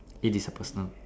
it is a personal